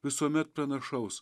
visuomet pranašaus